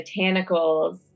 botanicals